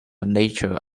nature